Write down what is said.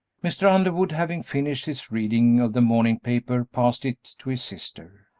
mr. underwood having finished his reading of the morning paper passed it to his sister.